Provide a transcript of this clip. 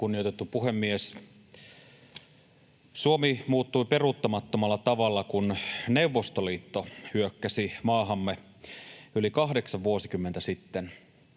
Kunnioitettu puhemies! Suomi muuttui peruuttamattomalla tavalla, kun Neuvostoliitto hyökkäsi maahamme yli kahdeksan vuosikymmentä sitten.